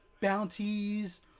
bounties